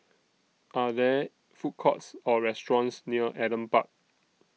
Are There Food Courts Or restaurants near Adam Park